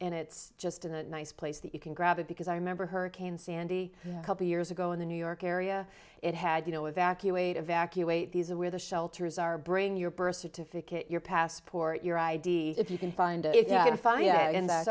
and it's just in a nice place that you can grab it because i remember hurricane sandy a couple years ago in the new york area it had you know evacuated evacuate these are where the shelters are bring your birth certificate your passport your i d if you can find it funny